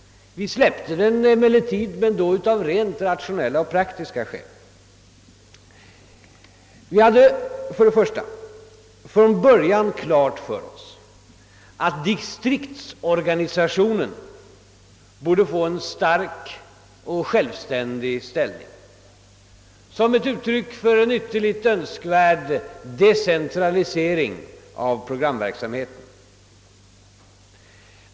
Vi släppte den emellertid, men då av rent rationella och praktiska skäl. För det första hade vi från början klart för oss att distriktsorganisationen borde få en stark och självständig ställning — såsom uttryck för en ytterligt önskvärd decentralisering av programverksamheten.